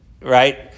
right